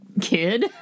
kid